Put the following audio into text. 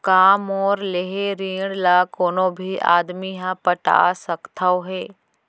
का मोर लेहे ऋण ला कोनो भी आदमी ह पटा सकथव हे?